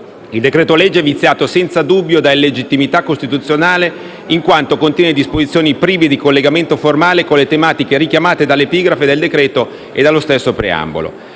il decreto-legge è viziato senza dubbio da illegittimità costituzionale in quanto contenente disposizioni prive di collegamento formale con le tematiche richiamate dall'epigrafe del decreto e dallo stesso preambolo,